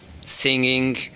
singing